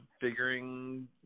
figuring